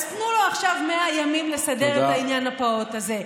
אז תנו לו עכשיו 100 ימים לסדר את העניין הפעוט הזה.